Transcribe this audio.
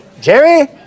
Jerry